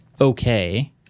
okay